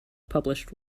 published